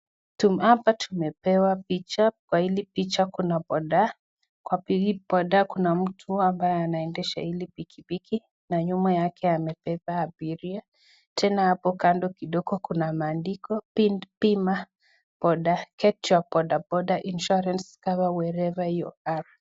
Hapa tumepewa picha kwa hili picha kuna bodaa, kwa hii boda kuna mtu anaendesha hili pikipiki na nyuma yake amebeba abiria tena hapo kando kidogo kuna maandiko imeandikwa bima boda get your boda boda insurance cover wherever you are .